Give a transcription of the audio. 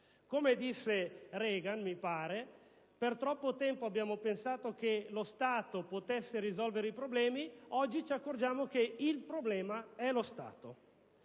Come disse Reagan, per troppo tempo abbiamo pensato che lo Stato potesse risolvere i problemi. Oggi ci accorgiamo che il problema è lo Stato.